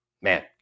man